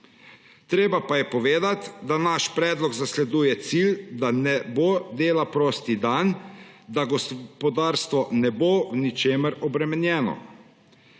Treba pa je povedati, da naš predlog zasleduje cilj, da ne bo dela prost dan, da gospodarstvo ne bo v ničemer obremenjeno.